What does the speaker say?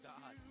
God